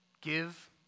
Give